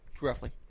roughly